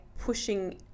pushing